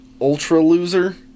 ultra-loser